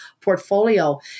portfolio